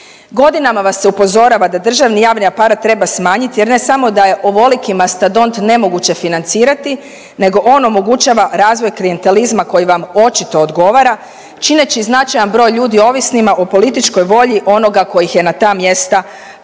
Godinama vas se upozorava da državni javni aparat treba smanjiti jer ne samo da je ovoliki mastadont nemoguće financirati nego on omogućava razvoj klijentelizma koji vam očito odgovara čineći značajan broj ovisnima o političkoj volji onoga ko ih je na ta mjesta postavio.